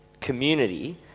community